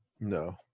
No